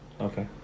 Okay